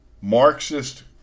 Marxist